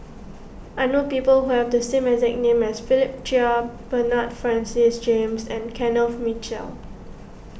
I know people who have the same exact name as Philip Chia Bernard Francis James and Kenneth Mitchell